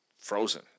frozen